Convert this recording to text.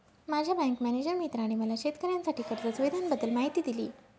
माझ्या bank manager मित्राने मला शेतकऱ्यांसाठी कर्ज सुविधांबद्दल माहिती दिली